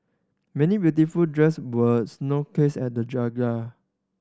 many beautiful dress were snow cased at the